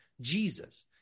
Jesus